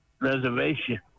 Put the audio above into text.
reservation